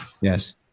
Yes